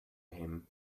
him